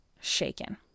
shaken